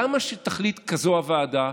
למה שתחליט כך הוועדה,